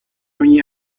ogni